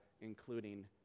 including